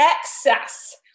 excess